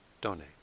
donate